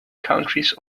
countries